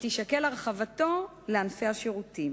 ותישקל הרחבתו לענפי השירותים.